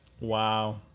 Wow